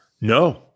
No